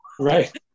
right